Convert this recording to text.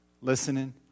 Listening